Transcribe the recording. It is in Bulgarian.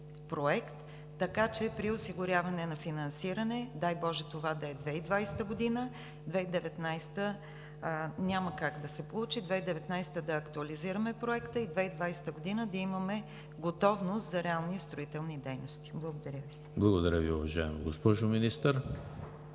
Проект, така че при осигуряване на финансиране, дай боже, това да е 2020 г., 2019 г. няма как да се получи, 2019 г. да актуализираме Проекта и 2020 г. да имаме готовност за реални строителни дейности. Благодаря Ви. ПРЕДСЕДАТЕЛ ЕМИЛ ХРИСТОВ: Благодаря Ви, уважаема госпожо Министър.